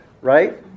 right